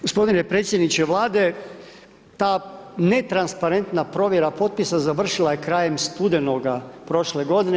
Gospodine predsjedniče Vlade, ta netransparentna provjera potpisa završila je krajem studenoga prošle godine.